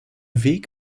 weg